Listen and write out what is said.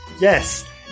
Yes